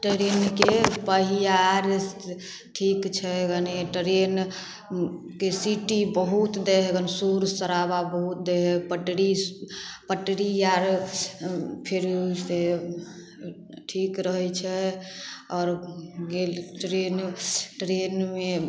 ट्रेनके पहिया ठीक छै गने ट्रेनके सीटी बहुत दै हइ गन शोर शराबा बहुत दै हइ पटरी पटरी आर फेर से ठीक रहै छै आओर गेल ट्रेन ट्रेनमे